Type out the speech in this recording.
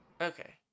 Okay